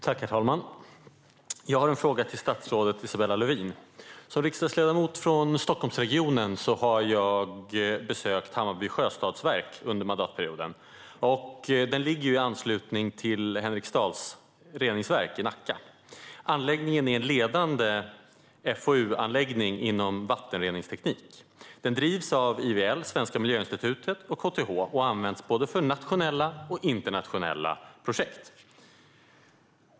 Herr talman! Jag har en fråga till statsrådet Isabella Lövin. Som riksdagsledamot från Stockholmsregionen har jag besökt Hammarby Sjöstadsverk under mandatperioden. Det ligger i anslutning till Henriksdals reningsverk i Nacka. Anläggningen är en ledande FOU-anläggning inom vattenreningsteknik. Den drivs av IVL, Svenska Miljöinstitutet och KTH och används både för nationella och internationella projekt.